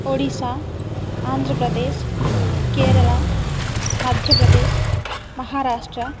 ओडिशा आन्ध्रप्रदेशः केरला मध्यप्रदेशः महाराष्ट्रः